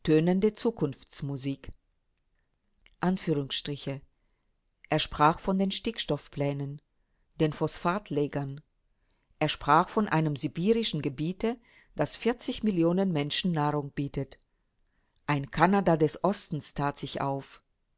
zukunftsmusik er sprach von den stickstoffplänen den phosphatlägern er sprach von einem sibirischen gebiete das millionen menschen nahrung bietet ein kanada des ostens tat sich auf